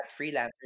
freelancers